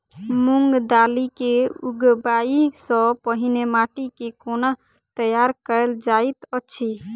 मूंग दालि केँ उगबाई सँ पहिने माटि केँ कोना तैयार कैल जाइत अछि?